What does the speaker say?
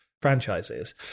franchises